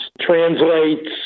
translates